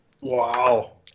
Wow